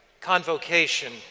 convocation